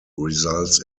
results